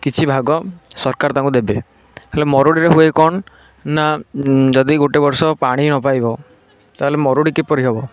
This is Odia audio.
କିଛି ଭାଗ ସରକାର ତାଙ୍କୁ ଦେବେ ହେଲେ ମରୁଡ଼ିର ହୁଏ କ'ଣ ନା ଯଦି ଗୋଟିଏ ବର୍ଷ ପାଣି ନ ପାଇବ ତାହେଲେ ମରୁଡ଼ି କିପରି ହେବ